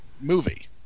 movie